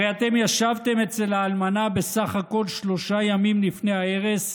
הרי אתם ישבתם אצל האלמנה בסך הכול שלושה ימים לפני ההרס,